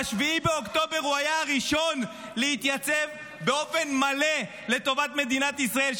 ב-7 באוקטובר הוא היה הראשון להתייצב באופן מלא לטובת מדינת ישראל.